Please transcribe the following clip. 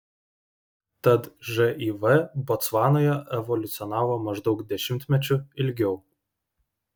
tad živ botsvanoje evoliucionavo maždaug dešimtmečiu ilgiau